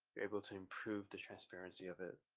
able to improve the transparency of it.